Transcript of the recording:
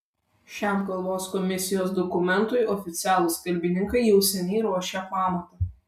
šiam kalbos komisijos dokumentui oficialūs kalbininkai jau seniai ruošė pamatą